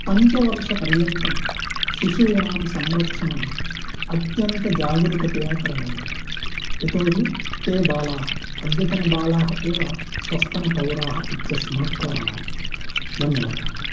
पञ्चवर्षपर्यन्तं शिशूनां संरक्षणम् अत्यन्तजागरुकतया करणीयम् यतोहि ते बालाः अद्यतनबालाः एव स्वस्तनपौराः इत्यस्मात् कारणात् धन्यवादाः